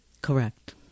Correct